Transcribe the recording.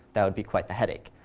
that would be quite the headache.